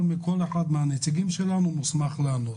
כל אחד מן הנציגים שלנו מוסמך לענות.